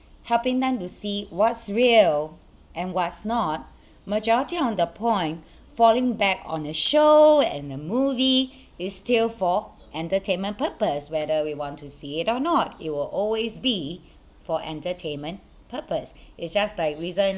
helping them to see what's real and what's not majority on the point falling back on a show and a movie is still for entertainment purpose whether we want to see it or not it will always be for entertainment purpose it's just like